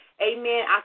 Amen